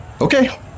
Okay